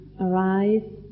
arise